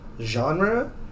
genre